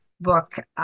book